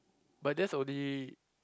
but that's only